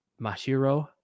Mashiro